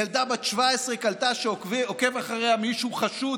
ילדה בת 17 קלטה שעוקב אחריה מישהו חשוד,